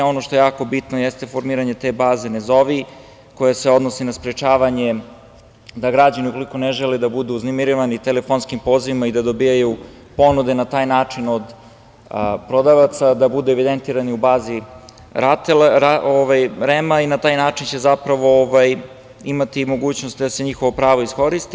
Ono što je jako bitno jeste formiranje te baze – ne zovi, koja se odnosi na sprečavanje da građani ukoliko ne žele da budu uznemiravani telefonskim pozivima i da dobijaju ponude na taj način od prodavaca, da budu evidentirani u bazi REM-a i na taj način će zapravo imati mogućnost da se njihovo pravo iskoristi.